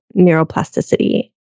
neuroplasticity